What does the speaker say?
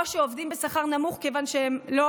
או כשעובדים בשכר נמוך מכיוון שהם לא